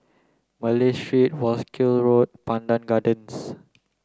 Malay Street Wolskel Road Pandan Gardens